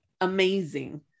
amazing